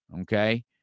Okay